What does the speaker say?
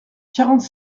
quarante